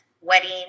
wedding